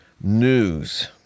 News